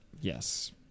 Yes